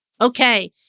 Okay